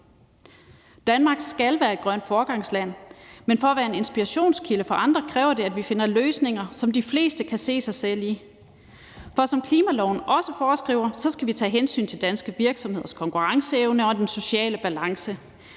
Danmark skal være et grønt foregangsland, men for at være en inspirationskilde for andre kræver det, at vi finder løsninger, som de fleste kan se sig selv i. For som klimaloven også foreskriver, skal vi tage hensyn til danske virksomheders konkurrenceevne og den sociale balance.